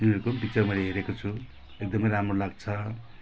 यिनीहरूको पनि पिक्चर मैले हेरेको छु एकदमै राम्रो लाग्छ